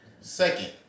second